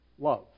Love